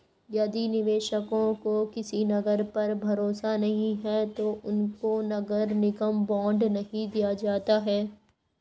यदि निवेशकों को किसी नगर पर भरोसा नहीं है तो उनको नगर निगम बॉन्ड नहीं दिया जाता है